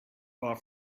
far